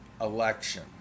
election